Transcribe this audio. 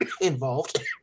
involved